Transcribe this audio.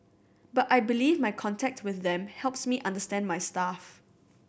but I believe my contact with them helps me understand my staff